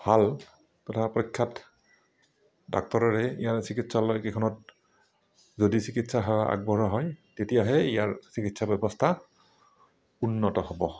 ভাল তথা প্ৰখ্যাত ডাক্তৰেৰে ইয়াৰ চিকিৎসালয়কেইখনত যদি চিকিৎসা সেৱা আগবঢ়োৱা হয় তেতিয়াহে ইয়াৰ চিকিৎসা ব্যৱস্থা উন্নত হ'ব